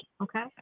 Okay